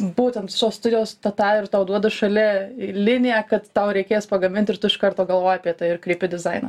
būtent šios studijos tą tą ir tau duoda šalia liniją kad tau reikės pagamint ir tu iš karto galvoji apie tai ir kreipi dizainą